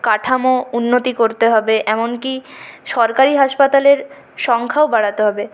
কাঠামো উন্নতি করতে হবে এমনকি সরকারি হাসপাতালের সংখ্যাও বাড়াতে হবে